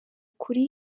kuri